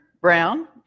Brown